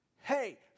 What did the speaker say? Hey